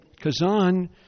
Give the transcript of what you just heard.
Kazan